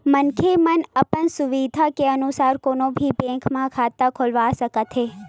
मनखे मन अपन सुबिधा के अनुसार कोनो भी बेंक म खाता खोलवा सकत हे